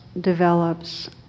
develops